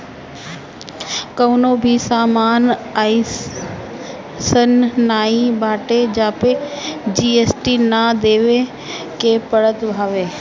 कवनो भी सामान अइसन नाइ बाटे जेपे जी.एस.टी ना देवे के पड़त हवे